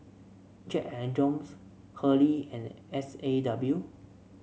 Jack And Jones Hurley and S A W